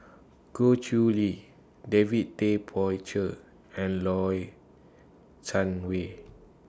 Goh Chiew Lye David Tay Poey Cher and Low Sanmay